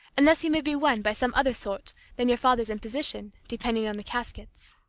unless you may be won by some other sort than your father's imposition, depending on the caskets.